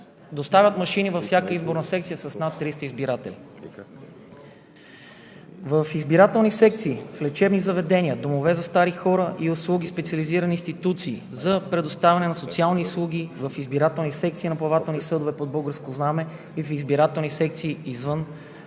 доставят машини във всяка изборна секция с над 300 избиратели в избирателна секция, в лечебни заведения, домове за стари хора и услуги, специализирани институции за предоставяне на социални услуги, в избирателни секции на плавателни съдове под българско знаме и в избирателни секции извън